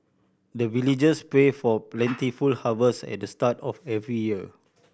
the villagers pray for plentiful harvest at the start of every year